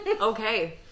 Okay